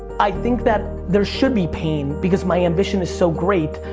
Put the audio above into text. i think that there should be pain because my ambition is so great,